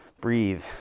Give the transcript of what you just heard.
Breathe